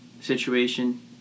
situation